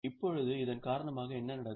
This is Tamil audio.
இப்போது இதன் காரணமாக என்ன நடக்கும்